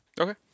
Okay